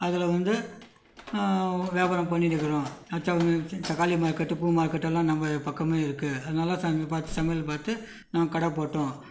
அதில் வந்து வியாபாரம் பண்ணிகிட்ருக்குறோம் அச்சா தக்காளி மார்க்கெட்டு பூ மார்க்கெட்டு எல்லாம் நம்ம பக்கமே இருக்குது அதனால் சமயம் பார்த்து சமயம் பார்த்து நாங்கள் கடை போட்டோம்